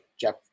Jeff